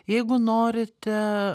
jeigu norite